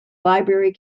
library